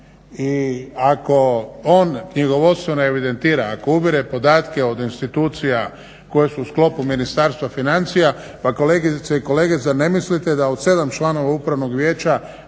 I ako on knjigovodstveno evidentira, ako ubire podatke od institucija koje su u sklopu Ministarstva financija, pa kolegice i kolege zar ne mislite da od 7 članova upravnog vijeća